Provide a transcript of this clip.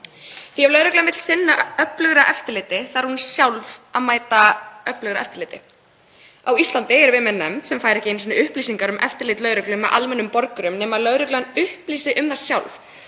Ef lögreglan vill sinna öflugra eftirliti þarf hún sjálf að mæta öflugra eftirliti. Á Íslandi erum við með nefnd sem fær ekki einu sinni upplýsingar um eftirlit lögreglu með almennum borgurum nema lögreglan upplýsi um það sjálf.